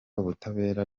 ubutabera